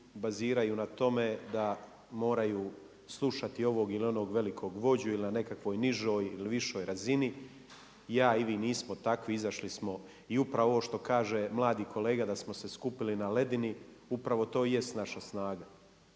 baziraju na tome da moraju slušati ovog ili onog velikog vođu ili na nekakvoj nižoj ili višoj razini. Ja i vi nismo takvi izašli smo i upravo ovo što kaže mladi kolega da smo se skupili na ledini upravo to jest naša snaga.